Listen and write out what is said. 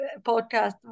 podcast